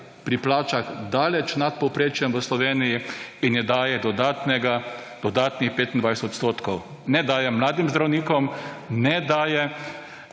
pri plačaš daleč nad povprečjem v Sloveniji in ji daje dodanih 25 odstotkov. Ne daje mladim zdravnikom, ne daje